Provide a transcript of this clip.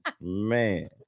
Man